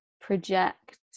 project